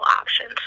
options